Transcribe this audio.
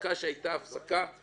וההפסקה שהייתה היא הפסקה של